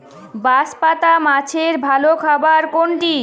বাঁশপাতা মাছের ভালো খাবার কোনটি?